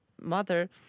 mother